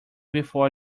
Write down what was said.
before